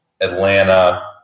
Atlanta